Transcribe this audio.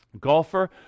golfer